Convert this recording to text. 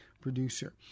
producer